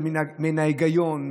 זה מן ההיגיון,